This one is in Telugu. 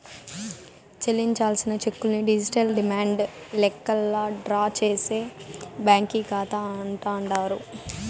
చెల్లించాల్సిన చెక్కుల్ని డిజిటల్ డిమాండు లెక్కల్లా డ్రా చేసే బ్యాంకీ కాతా అంటాండారు